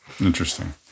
Interesting